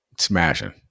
smashing